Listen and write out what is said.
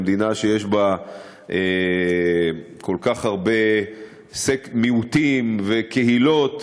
במדינה שיש בה כל כך הרבה מיעוטים וקהילות,